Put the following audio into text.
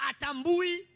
Atambui